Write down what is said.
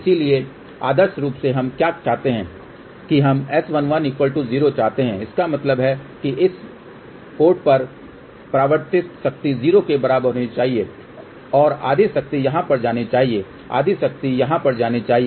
इसलिए आदर्श रूप से हम क्या चाहते हैं कि हम S110 चाहते हैं इसका मतलब है कि इस बंदरगाह पर परावर्तित शक्ति 0 के बराबर होनी चाहिए और आधी शक्ति यहाँ पर जानी चाहिए आधी शक्ति यहाँ पर जानी चाहिए